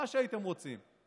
מה שהייתם רוצים.